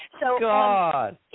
God